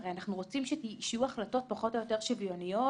הרי אנחנו רוצים שיהיו החלטות פחות או יותר שוויוניות,